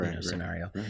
scenario